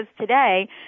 today